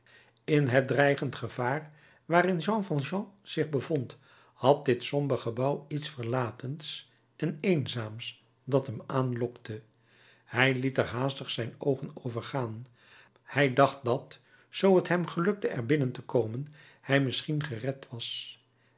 in het dreigend gevaar waarin jean valjean zich bevond had dit somber gebouw iets verlatens en eenzaams dat hem aanlokte hij liet er haastig zijn oogen over gaan hij dacht dat zoo t hem gelukte er binnen te komen hij misschien gered was